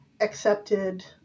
accepted